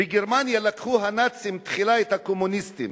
בגרמניה לקחו הנאצים תחילה את הקומוניסטים.